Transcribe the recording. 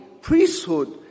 priesthood